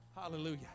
Hallelujah